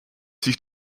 sich